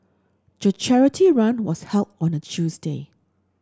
the charity run was held on a Tuesday